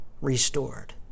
restored